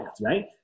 right